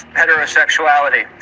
heterosexuality